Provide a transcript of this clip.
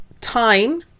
time